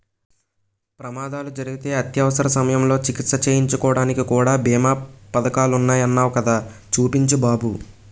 ప్రమాదాలు జరిగితే అత్యవసర సమయంలో చికిత్స చేయించుకోడానికి కూడా బీమా పదకాలున్నాయ్ అన్నావ్ కదా చూపించు బాబు